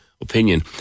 opinion